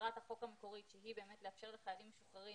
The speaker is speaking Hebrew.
ומטרת החוק המקורית שהיא באמת לאפשר לחיילים משוחררים